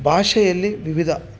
ಭಾಷೆಯಲ್ಲಿ ವಿವಿಧ